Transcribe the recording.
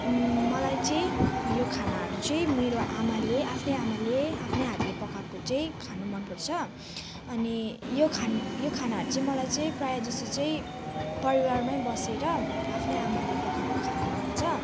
मलाई चाहिँ यो खानाहरू चाहिँ मेरो आमाले आफ्नै आमाले आफ्नै हातले पकाएको चाहिँ खानु मन पर्छ अनि यो खाना यो खानाहरू चाहिँ मलाई चाहिँ प्रायः जस्तो चाहिँ परिवारमै बसेर आफ्नै आमाले पकाएको खानु मन पर्छ